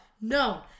no